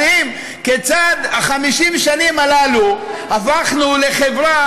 מדהים כיצד ב-50 השנים האלה הפכנו לחברה